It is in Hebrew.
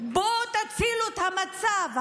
בואו תצילו את המצב.